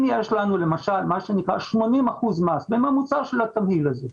אם יש לנו למשל מה שנקרא 80 אחוזים מס בממוצע של התמהיל הזה,